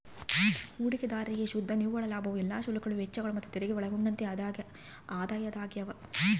ಹೂಡಿಕೆದಾರ್ರಿಗೆ ಶುದ್ಧ ನಿವ್ವಳ ಲಾಭವು ಎಲ್ಲಾ ಶುಲ್ಕಗಳು ವೆಚ್ಚಗಳು ಮತ್ತುತೆರಿಗೆ ಒಳಗೊಂಡಂತೆ ಆದಾಯವಾಗ್ಯದ